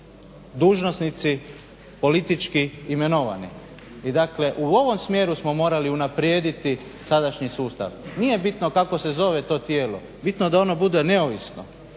dužnosnici politički imenovani. Dakle u ovom smjeru smo morali unaprijediti sadašnji sustav. Nije bitno kako se zove to tijelo, bitno da ono bude neovisno.